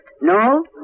No